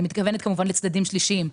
ואני מתכוונת לצדדים שלישיים.